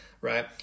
Right